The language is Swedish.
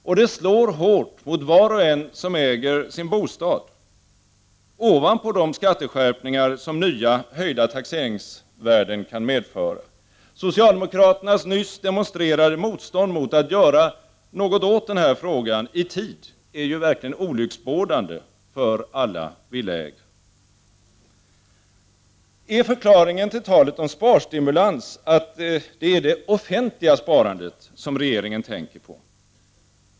Och det slår hårt mot var och en som äger sin bostad — ovanpå de skatteskärpningar som nya, höjda taxeringsvärden kan medföra. Socialdemokraternas nyss demonstrerade motstånd mot att göra något åt denna fråga i tid är olycksbådande för alla villaägare. Är förklaringen till talet om sparstimulans att det är det offentliga sparandet som regeringen tänker på?